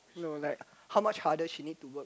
you know like how much harder she need to work